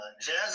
jazz